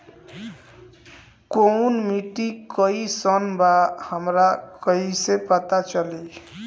कोउन माटी कई सन बा हमरा कई से पता चली?